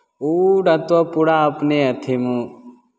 ओ रहतौ पूरा अपने अथिमे